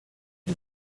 sie